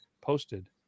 posted